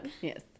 yes